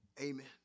Amen